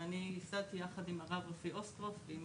אני ייסדתי ביחד עם הרב רפי אוסטרוף ועם